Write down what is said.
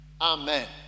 Amen